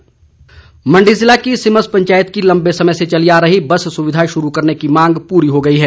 रामस्वरूप मंडी ज़िला की सिमस पंचायत की लंबे समय से चली आ रही बस सुविधा शुरू करने की मांग पूरी हो गई है